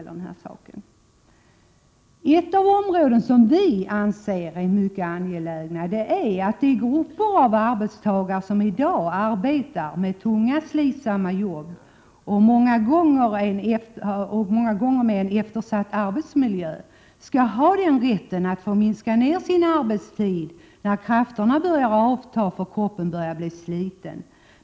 En sak som vi anser mycket angelägen är att de grupper av arbetstagare som i dag arbetar med tunga och slitsamma jobb, många gånger med eftersatt arbetsmiljö, skall ha rätt att minska ned sin arbetstid när krafterna börjar avta och kroppen har blivit sliten.